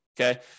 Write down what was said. okay